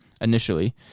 initially